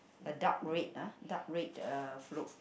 a dark red ah dark red uh float